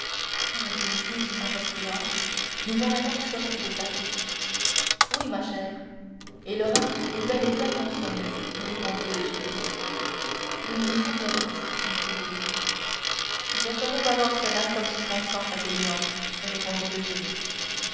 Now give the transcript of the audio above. dit louise en respirant nous voilà donc sorties de paris oui ma chère et le rapt est bel et bien consommé répondit eugénie oui mais sans violence dit louise je ferai valoir cela comme circonstance atténuante répondit eugénie